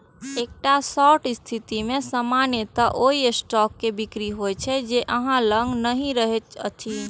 एकटा शॉर्ट स्थिति मे सामान्यतः ओइ स्टॉक के बिक्री होइ छै, जे अहां लग नहि रहैत अछि